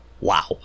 Wow